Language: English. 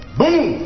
boom